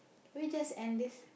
we just end this